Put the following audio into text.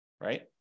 right